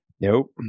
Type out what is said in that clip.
nope